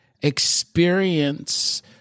experience